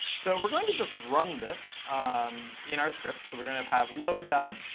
so we're going to just run this in our script. so we're going to have load data,